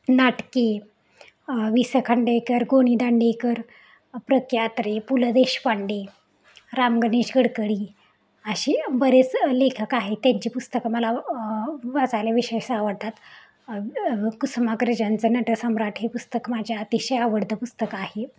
नाटके वि स खांडेकर गो नी दांडेकर प्र के अत्रे पु ल देशपांडे राम गणेश गडकडी अशी बरेच लेखक आहेत त्यांची पुस्तकं मला वाचायला विशेष आवडतात कुसुमाग्रजांचं नटसम्राट हे पुस्तक माझ्या अतिशय आवडतं पुस्तक आहे